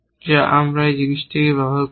যা আমরা এই জিনিসটিতে ব্যবহার করি